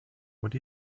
what